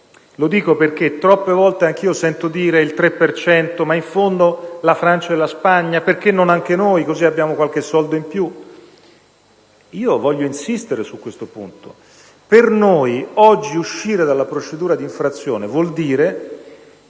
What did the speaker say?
lo dico perché troppe volte anch'io sento ripetere: «Il 3 per cento... ma in fondo la Francia e la Spagna... Perché non anche noi? Così abbiamo qualche soldo in più». Voglio insistere su questo punto. Per noi, oggi, uscire dalla procedura di infrazione vuol dire